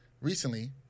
recently